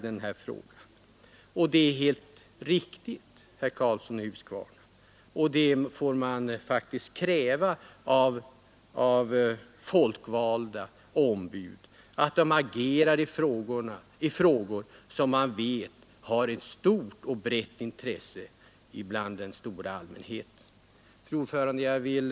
Det är väl också helt riktigt, herr Karlsson i Huskvarna, att folkvalda ombud agerar i frågor som de vet omfattas av ett stort intresse av den breda allmänheten! Det kan man faktiskt kräva av dem. Fru talman!